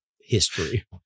history